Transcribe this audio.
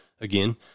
again